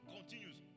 Continues